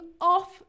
off